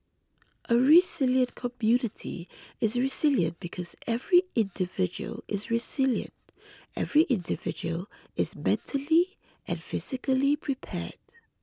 a resilient community is resilient because every individual is resilient every individual is mentally and physically prepared